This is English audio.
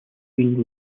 been